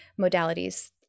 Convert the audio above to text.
modalities